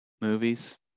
movies